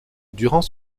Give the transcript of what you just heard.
durant